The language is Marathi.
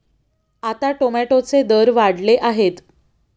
आता टोमॅटोचे दर वाढले आहेत